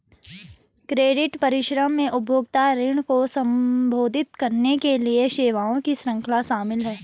credit परामर्श में उपभोक्ता ऋण को संबोधित करने के लिए सेवाओं की श्रृंखला शामिल है